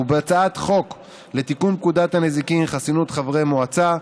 ובהצעת חוק לתיקון פקודת הנזיקין (חסינות חברי מועצה),